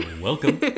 welcome